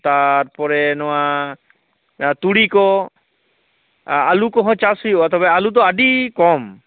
ᱛᱟᱨᱯᱚᱨᱮ ᱱᱚᱣᱟ ᱛᱩᱲᱤ ᱠᱚ ᱟᱹᱞᱩ ᱠᱚᱦᱚᱸ ᱪᱟᱥ ᱦᱩᱭᱩᱜᱼᱟ ᱛᱚᱵᱮ ᱟᱹᱞᱩ ᱫᱚ ᱟᱹᱰᱤ ᱠᱚ